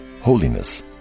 Holiness